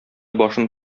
башын